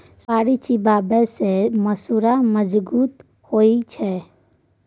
सुपारी चिबाबै सँ मसुरा मजगुत होइ छै